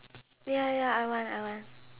ya ya ya I want I want